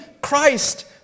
Christ